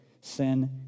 sin